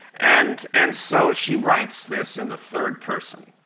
and and so she writes this in the third person.